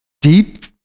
deep